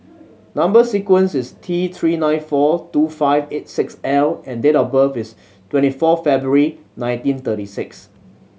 number sequence is T Three nine four two five eight six L and date of birth is twenty four February nineteen thirty six